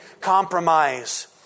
compromise